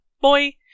boy